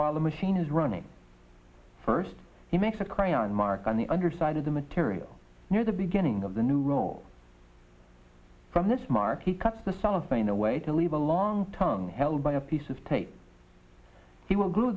while the machine is running first he makes a crayon mark on the underside of the material near the beginning of the new row from this mark he cuts the cellophane away to leave a long tongue held by a piece of tape he will g